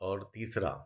और तीसरा